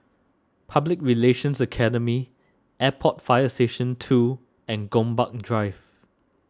Public Relations Academy Airport Fire Station two and Gombak Drive